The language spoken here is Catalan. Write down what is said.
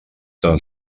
tan